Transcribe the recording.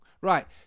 Right